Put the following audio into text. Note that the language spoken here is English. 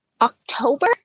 October